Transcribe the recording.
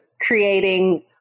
creating